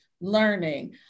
learning